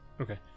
Okay